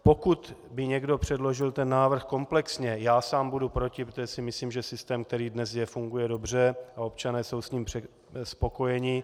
Pokud by někdo předložil ten návrh komplexně, já sám budu proti, protože si myslím, že systém, který dnes je, funguje dobře a občané jsou s ním spokojeni.